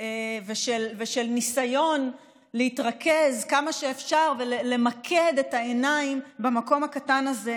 ושל ניסיון להתרכז כמה שאפשר ולמקד את העיניים במקום הקטן הזה,